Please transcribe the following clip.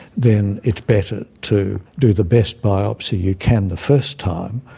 then it's better to do the best biopsy you can the first time,